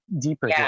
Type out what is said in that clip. deeper